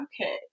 okay